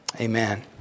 amen